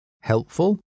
Helpful